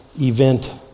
event